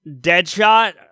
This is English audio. Deadshot